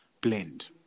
blend